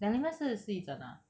dilemma 是濕疹啊